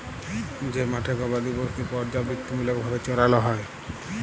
যে মাঠে গবাদি পশুদের পর্যাবৃত্তিমূলক ভাবে চরাল হ্যয়